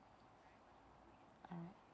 oh